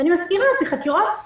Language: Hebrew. ואלה עבירות חמורות.